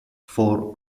for